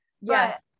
Yes